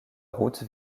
route